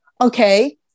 Okay